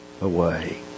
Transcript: away